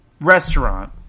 restaurant